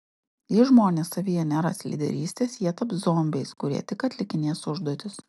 jei žmonės savyje neras lyderystės jie taps zombiais kurie tik atlikinės užduotis